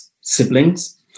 siblings